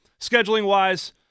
Scheduling-wise